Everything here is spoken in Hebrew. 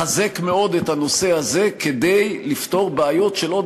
לחזק מאוד את הנושא הזה כדי לפתור בעיות של עוד